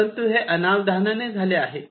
परंतु हे अनावधानाने झाले आहे